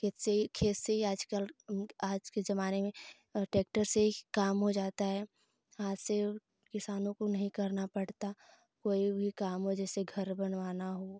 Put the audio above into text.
खेत से ही खेत से ही आजकल आज के जमाने मे ट्रैक्टर से ही काम हो जाता है हाथ से किसानों को नहीं करना पड़ता कोई भी काम जैसे घर बनवाना हो